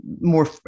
more